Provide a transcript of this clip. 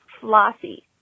flossy